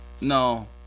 No